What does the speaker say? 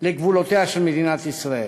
לגבולותיה של מדינת ישראל,